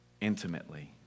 intimately